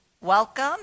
Welcome